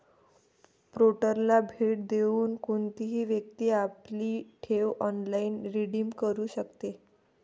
पोर्टलला भेट देऊन कोणतीही व्यक्ती आपली ठेव ऑनलाइन रिडीम करू शकते